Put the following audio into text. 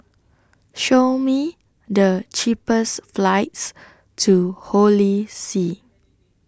Show Me The cheapest flights to Holy See